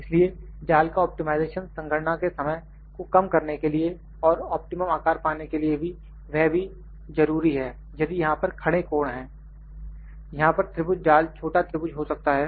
इसलिए जाल का ऑप्टिमाइजेशन संगणना के समय को कम करने के लिए और ऑप्टिमम आकार पाने के लिए भी वह भी जरूरी है यदि यहां पर खड़े कोण हैं यहां पर त्रिभुज जाल छोटा त्रिभुज हो सकता है